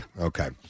Okay